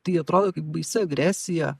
tai atrodo kaip baisi agresija